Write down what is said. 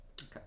Okay